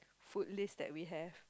food list that we have